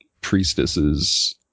priestesses